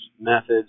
methods